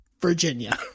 Virginia